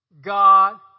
God